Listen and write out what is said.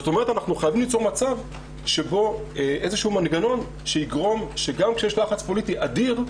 אנחנו חייבים ליצור מנגנון שיגרום שגם כשיש לחץ פוליטי אדיר,